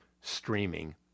streaming